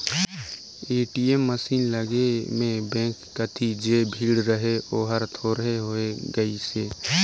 ATM machine लगे में bank कति जे भीड़ रहें ओहर थोरहें होय गईसे